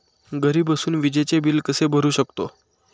घरी बसून विजेचे बिल कसे भरू शकतो?